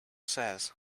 says